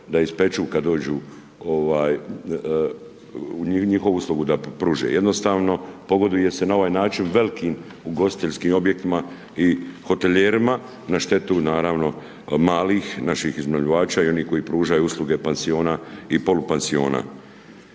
da ispeku kad dođu u njihovu uslugu da pruže, jednostavno, pogoduje se na ovaj način velikim ugostiteljskim objektima, i hotelijerima, na štetu naravno malih naših iznajmljivača i onih koji pružanju usluge pansiona i polupansiona.